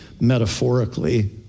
metaphorically